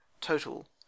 Total